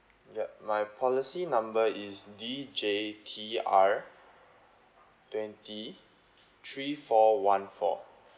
yup my policy number is D J T R twenty three four one four